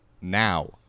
Now